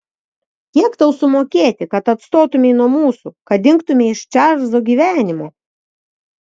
kiek tau sumokėti kad atstotumei nuo mūsų kad dingtumei iš čarlzo gyvenimo